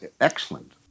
excellent